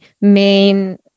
main